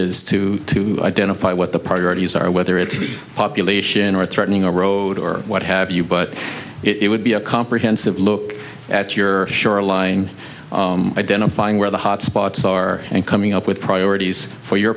is to identify what the priorities are whether it's population or threatening or road or what have you but it would be a comprehensive look at your shoreline identifying where the hot spots are and coming up with